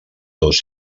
dos